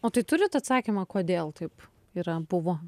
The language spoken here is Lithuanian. o tai turit atsakymą kodėl taip yra buvo